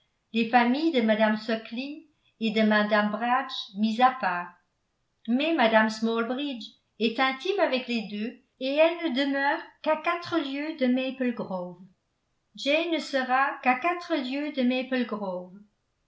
les familles de mme suckling et de mme bragge mises à part mais mme smallbridge est intime avec les deux et elle ne demeure qu'à quatre lieues de maple grove jane ne sera qu'à quatre lieues de maple grove